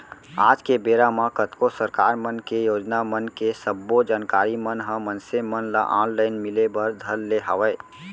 आज के बेरा म कतको सरकार मन के योजना मन के सब्बो जानकारी मन ह मनसे मन ल ऑनलाइन मिले बर धर ले हवय